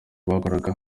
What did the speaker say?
bakoraga